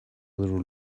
little